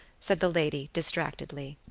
said the lady, distractedly.